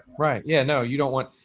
right. yeah, no you don't want,